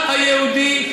שלעם היהודי אין שורשים,